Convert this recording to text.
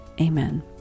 Amen